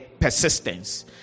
persistence